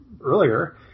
earlier